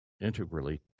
integrally